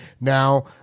now